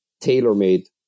tailor-made